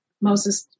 Moses